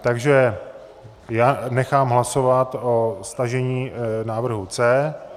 Takže já nechám hlasovat o stažení návrhu C.